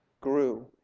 grew